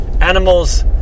Animals